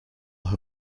her